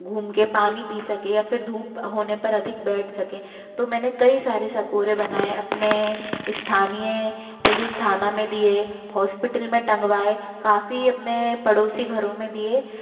घूमके पानी पी सके या फिर धूप होने पर अधिक बैठ सके तो मैंने कई सारे सकोरे बनाए अपने स्थानीय पुलिस थाना में दिए हॉस्पिटल में टंगवाए काफ़ी अपने पड़ोसी घरों में दिए